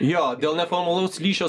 jo dėl neformalaus ryšio